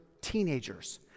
teenagers